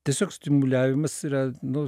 tiesiog stimuliavimas yra nu